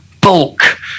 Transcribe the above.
bulk